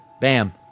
Bam